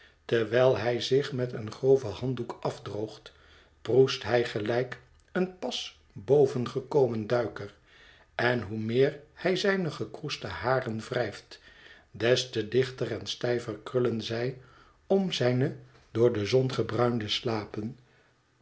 terwijl hij zich met een gro ven handdoek afdroogt proest hij gelijk een pas bovengekomen duiker en hoe meer hij zijne gekroesde haren wrijft des te dichter en stijver krullen zij om zijne door de zon gebruinde slapen